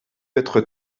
être